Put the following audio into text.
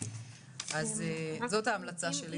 אז זאת ההמלצה שלי.